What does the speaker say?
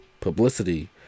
publicity